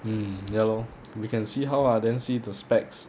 hmm ya lor we can see how lah then see the specs